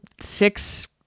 six